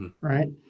Right